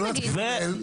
נעמה, נעמה.